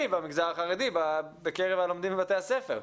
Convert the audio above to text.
במגזר החרדי בקרב הלומדים בבתי הספר?